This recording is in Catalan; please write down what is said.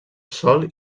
sòl